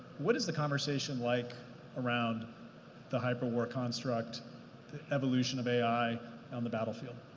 what is the conversation like around the hyperwar construct evolution of ai on the battlefield?